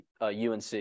UNC